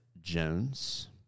Jones